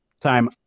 time